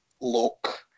look